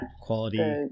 quality